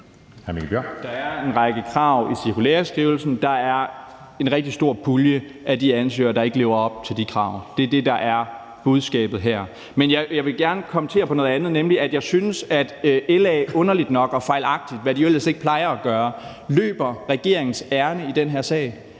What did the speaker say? Der er en række krav i cirkulæreskrivelsen, og der er en rigtig stor pulje af de ansøgere, der ikke lever op til de krav. Det er det, der er budskabet her. Men jeg vil gerne kommentere på noget andet, nemlig at jeg synes, at LA underligt nok og fejlagtigt, hvad de jo ellers ikke plejer at gøre, løber regeringens ærinde i den her sag.